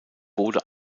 bode